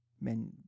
Men